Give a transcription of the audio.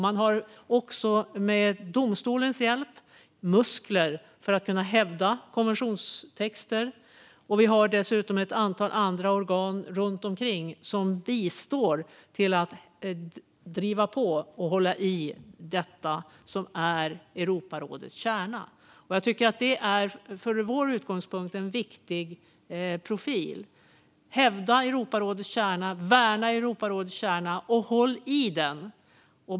Man har också, med domstolens hjälp, muskler för att hävda konventionstexter. Dessutom bistår ett antal andra organ runt omkring när det gäller att driva på för och hålla i det som är Europarådets kärna. Jag tycker att det är en från vår utgångspunkt viktig profil - hävda Europarådets kärna, värna Europarådets kärna och håll i den!